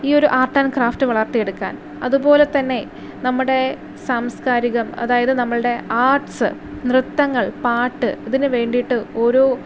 ഈ ഒരു art and craft വളർത്തി എടുക്കാൻ അതുപോലെ തന്നെ നമ്മുടേ സംസ്കാരികം അതായത് നമ്മളുടെ ആർട്ട്സ് നൃത്തങ്ങൾ പാട്ട് ഇതിന് വേണ്ടിയിട്ട് ഓരോ